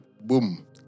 Boom